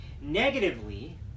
Negatively